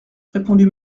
répondit